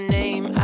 name